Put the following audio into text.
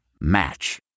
Match